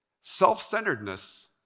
Self-centeredness